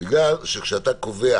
כי כשאתה קובע